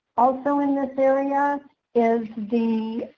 also, in this area is the